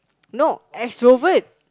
no extrovert